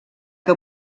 que